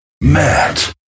matt